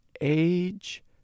age